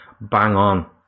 bang-on